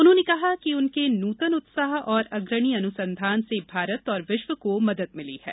उन्होंने कहा कि उनके नूतन उत्साह और अग्रणी अनुसंधान से भारत और विश्व को मदद मिली है